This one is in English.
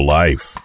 life